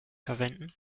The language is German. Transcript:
verwenden